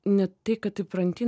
ne tai kad įpranti